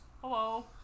Hello